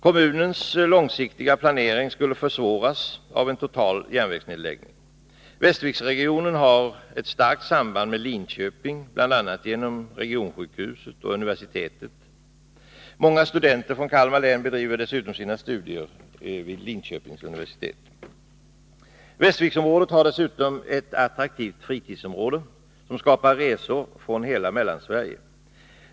Kommunens långsiktiga planering skulle försvåras av en total järnvägsnedläggning. Västerviksregionen har ett starkt samband med Linköping, bl.a. genom regionsjukhuset och universitetet där. Många studenter från Kalmar län bedriver dessutom sina studier vid Linköpings universitet. Västerviksområdet är dessutom ett attraktivt fritidsområde, som skapar resor från hela Mellansverige.